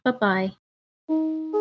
Bye-bye